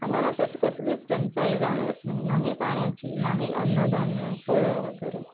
आम्हाला कच कसलीच टंचाई जाणवत नाही नाही पाण्याची नाही अन्नधान्य फळं वगैरे